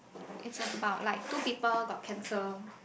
its about like two people got cancer